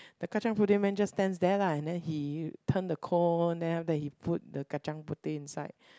the kacang-puteh man just stands there lah and then he turn the cone then after that he put the kacang-puteh inside